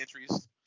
entries